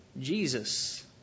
Jesus